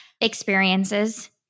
experiences